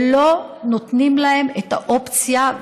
ולא נותנים להם את האופציה,